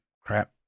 crap